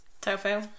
Tofu